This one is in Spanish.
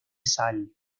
sal